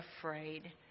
afraid